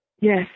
Yes